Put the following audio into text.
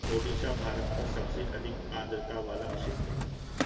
ओडिशा भारत का सबसे अधिक आद्रता वाला क्षेत्र है